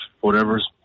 whatever's